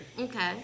Okay